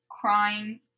Crying